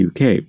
uk